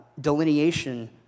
delineation